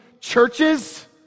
churches